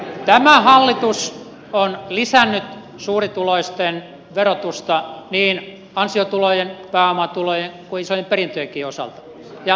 tämä hallitus on lisännyt suurituloisten verotusta niin ansiotulojen pääomatulojen kuin isojen perintöjenkin osalta ja tämä linja pitää